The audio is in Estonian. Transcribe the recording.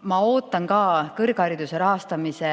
mina ootan kõrghariduse rahastamise